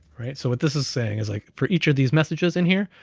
right? so what this is saying is like for each of these messages in here,